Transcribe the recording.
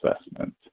assessment